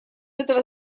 этого